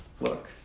look